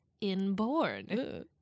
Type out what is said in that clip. Inborn